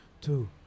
two